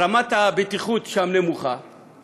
רמת הבטיחות הנמוכה שם,